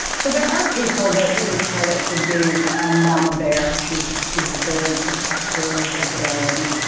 so there are people that give her credit for being a mama bear. she's she's very protective of barron.